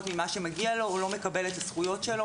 ממה שמגיע לו או לא מקבל את הזכויות שלו.